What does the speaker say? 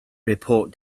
report